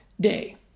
day